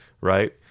right